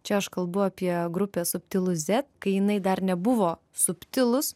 čia aš kalbu apie grupė subtilu zet kai jinai dar nebuvo subtilūs